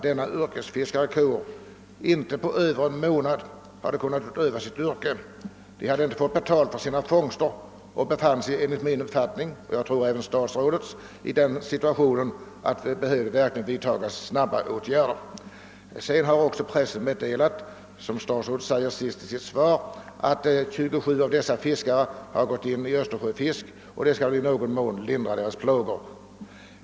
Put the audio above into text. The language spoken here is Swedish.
Denna yrkesfiskarkår hade inte på över en månad kunnat utöva sitt yrke. Man hade inte fått betalt för sina fångster och befann sig enligt min uppfattning — och jag tror även enligt statsrådets — i en sådan situation att det verkligen behövde vidtas snabba åtgärder. Nu har pressen meddelat, såsom statsrådet säger i sitt svar, att 27 av dessa fiskare har gått in i Östersjöfisk, och det skall väl i någon mån lindra deras plågor.